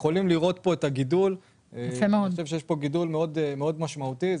גידול מאוד משמעותי.